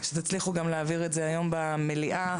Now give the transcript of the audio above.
שתצליחו להעביר את זה היום במליאה.